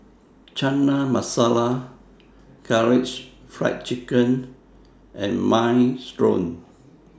Chana Masala Karaage Fried Chicken and Minestrone